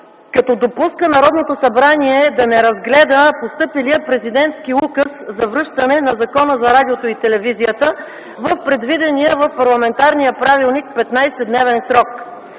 като допуска Народното събрание да не разгледа постъпилия президентски указ за връщане на Закона за радиото и телевизията в предвидения в парламентарния правилник 15 дневен срок.